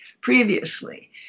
previously